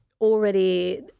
already